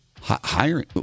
Hiring